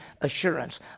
assurance